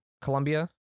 Colombia